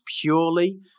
purely